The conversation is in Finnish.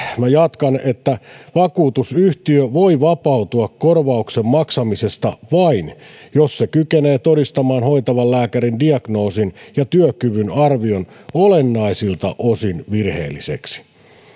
jatkan että vakuutusyhtiö voi vapautua korvauksen maksamisesta vain jos se kykenee todistamaan hoitavan lääkärin diagnoosin ja työkyvyn arvion olennaisilta osin virheelliseksi